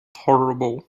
tolerable